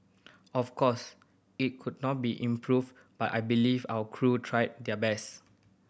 of course it could not be improved but I believe our crew tried their best